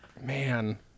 Man